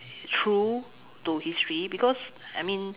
true to history because I mean